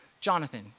Jonathan